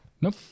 Nope